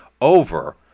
over